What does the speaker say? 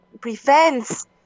prevents